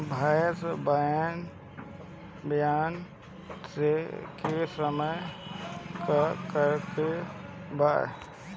भैंस ब्यान के समय का करेके बा?